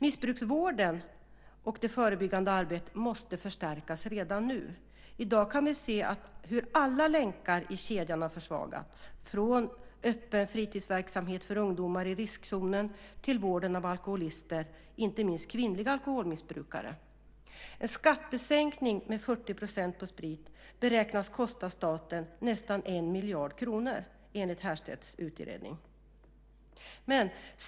Missbruksvården och det förebyggande arbetet måste förstärkas redan nu. I dag kan vi se hur alla länkar i kedjan har försvagats, från öppen fritidsverksamhet för ungdomar i riskzonen till vården av alkoholister, inte minst kvinnliga alkoholmissbrukare. En skattesänkning med 40 % på sprit beräknas kosta staten nästan 1 miljard kronor, enligt Härstedts utredning.